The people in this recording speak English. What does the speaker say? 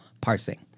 parsing